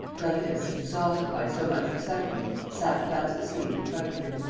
clarisse, exhausted by so much excitement, sat fast asleep in front of him.